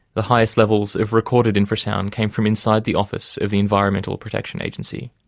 the highest levels of recorded infrasound came from inside the office of the environmental protection agency.